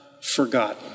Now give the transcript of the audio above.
forgotten